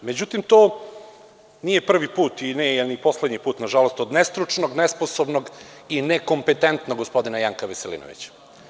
Međutim, to nije prvi put i nije ni poslednji put nažalost od nestručnog, nesposobnog i nekompetentnog gospodina Janka Veselinovića.